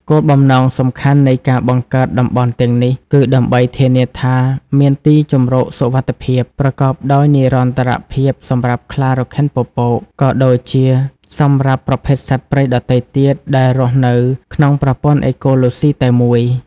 គោលបំណងសំខាន់នៃការបង្កើតតំបន់ទាំងនេះគឺដើម្បី ធានាថាមានទីជម្រកសុវត្ថិភាព ប្រកបដោយនិរន្តរភាពសម្រាប់ខ្លារខិនពពក ក៏ដូចជាសម្រាប់ប្រភេទសត្វព្រៃដទៃទៀតដែលរស់នៅក្នុងប្រព័ន្ធអេកូឡូស៊ីតែមួយ។